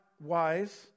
wise